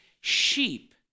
sheep